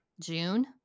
June